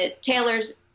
Taylor's